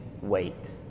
wait